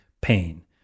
pain